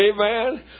Amen